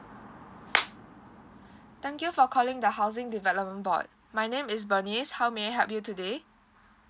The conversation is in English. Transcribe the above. thank you for calling the housing development board my name is Bernice how may I help you today